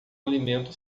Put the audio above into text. alimento